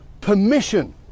permission